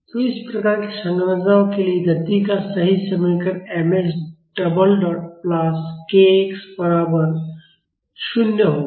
तो इस प्रकार की संरचनाओं के लिए गति का सही समीकरण mx double dot plus kx बराबर 0 होगा